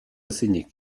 ezinik